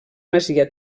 masia